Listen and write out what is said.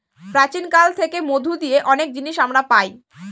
প্রাচীন কাল থেকে মধু দিয়ে অনেক জিনিস আমরা পায়